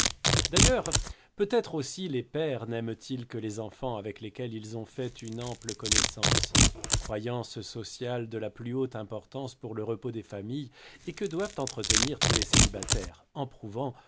d'ailleurs peut-être aussi les pères naiment ils que les enfants avec lesquels ils ont fait une ample connaissance croyance sociale de la plus haute importance pour le repos des familles et que doivent entretenir tous les célibataires